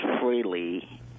freely